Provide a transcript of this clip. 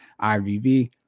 IVV